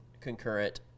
concurrent